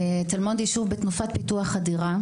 תל מונד הוא ישוב בתנופת פיתוח אדירה.